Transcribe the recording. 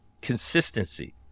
consistency